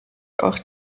auch